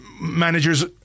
managers